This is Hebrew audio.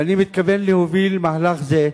ואני מתכוון להוביל מהלך זה,